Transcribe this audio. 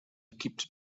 equips